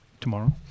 Tomorrow